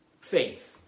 faith